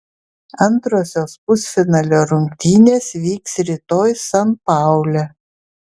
antrosios pusfinalio rungtynės vyks rytoj san paule